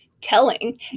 telling